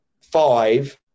five